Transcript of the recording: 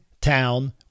Town